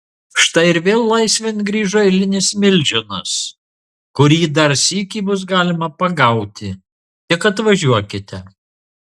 štai ir vėl laisvėn grįžo eilinis milžinas kurį dar sykį bus galima pagauti tik atvažiuokite